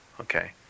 Okay